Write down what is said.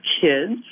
Kids